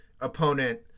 opponent